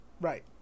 Right